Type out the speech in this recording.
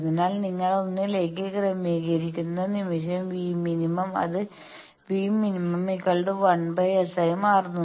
അതിനാൽ നിങ്ങൾ ഒന്നിലേക്ക് ക്രമീകരിക്കുന്ന നിമിഷം Vmin അത് V min 1S ആയി മാറുന്നു